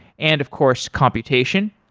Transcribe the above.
and of course, computation.